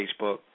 Facebook